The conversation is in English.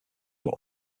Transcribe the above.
were